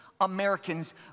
Americans